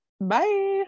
bye